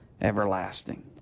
everlasting